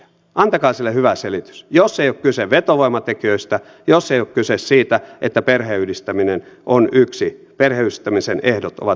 antakaa sille hyvä selitys jos ei ole kyse vetovoimatekijöistä jos ei ole kyse siitä että perheenyhdistämisen ehdot ovat yksi vetovoimatekijä